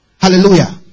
Hallelujah